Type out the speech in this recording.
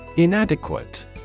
Inadequate